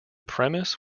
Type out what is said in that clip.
premise